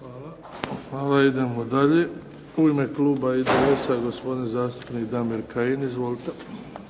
Luka (HDZ)** Hvala. Idemo dalje. U ime kluba IDS-a gospodin zastupnik Damir Kajin. Izvolite.